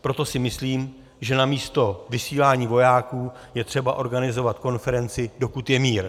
Proto si myslím, že namísto vysílání vojáků je třeba organizovat konferenci, dokud je mír.